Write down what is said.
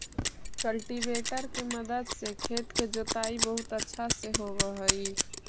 cultivator के मदद से खेत के जोताई बहुत अच्छा से होवऽ हई